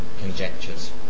conjectures